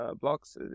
blocks